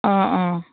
অঁ অঁ